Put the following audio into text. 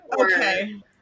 Okay